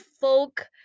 folk